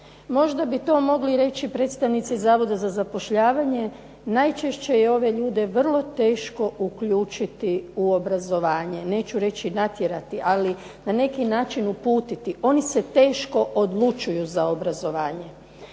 Možda bi to mogli reći predstavnici Zavoda za zapošljavanje. Najčešće je ove ljude vrlo teško uključiti u obrazovanje, neću reći natjerati ali na neki način uputiti. Oni se teško odlučuju za obrazovanje.